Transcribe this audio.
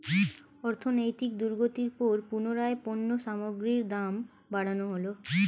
অর্থনৈতিক দুর্গতির পর পুনরায় পণ্য সামগ্রীর দাম বাড়ানো হলো